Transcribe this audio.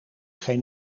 geen